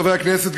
חברי הכנסת,